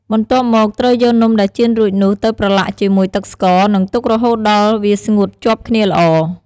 បន្ទាប់មក ត្រូវយកនំដែលចៀនរួចនោះទៅប្រឡាក់ជាមួយទឹកស្ករ និងទុករហូតដល់វាស្ងួតជាប់គ្នាល្អ។